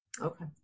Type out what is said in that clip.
Okay